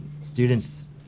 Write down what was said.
students